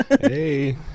Hey